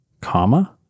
Comma